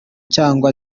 cyangwa